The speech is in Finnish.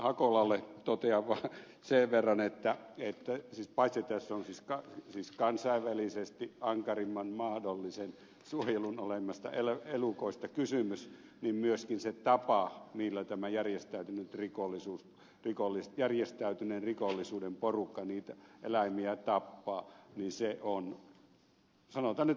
hakolalle totean vaan sen verran että paitsi että tässä on siis kansainvälisesti ankarimman mahdollisen suojelun kohteena olevista elukoista kysymys niin myöskin se tapa millä tämä järjestäytyneen rikollisuuden porukka niitä eläimiä tappaa on sanotaan nyt vaan raaka